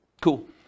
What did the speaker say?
Cool